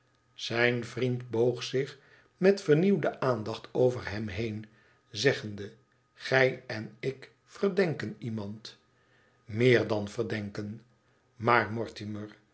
zijn vriend boog zich met vernieuwde aandacht over hem heen zeggende igij en ik verdenken iemand meer dan verdenken maar mortimer